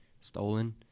stolen